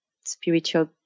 spiritual